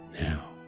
now